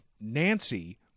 Nancy